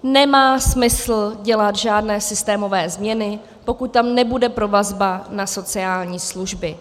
Nemá smysl dělat žádné systémové změny, pokud tam nebude provazba na sociální služby.